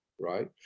right